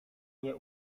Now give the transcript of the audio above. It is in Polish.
nie